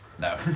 No